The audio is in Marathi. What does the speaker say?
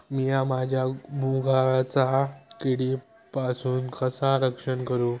मीया माझ्या मुगाचा किडीपासून कसा रक्षण करू?